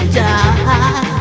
die